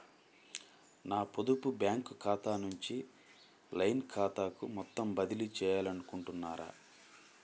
నా పొదుపు బ్యాంకు ఖాతా నుంచి లైన్ ఖాతాకు మొత్తం బదిలీ చేయాలనుకుంటున్నారా?